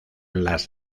las